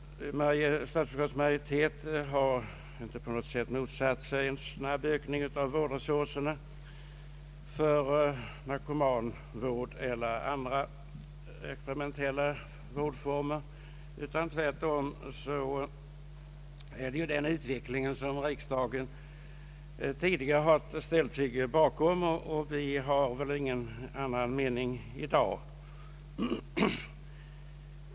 Statsutskottets majoritet har inte på något sätt motsatt sig en snabb ökning av vårdresurserna för narkomanvård eller andra experimentella vårdformer. Tvärtom har riksdagen redan tidigare ställt sig bakom denna utveckling, och vi har ingen annan mening i dag.